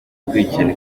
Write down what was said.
gukurikirana